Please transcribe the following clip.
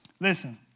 Listen